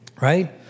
Right